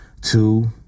two